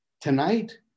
tonight